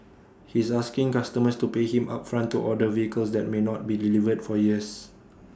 he's asking customers to pay him upfront to order vehicles that may not be delivered for years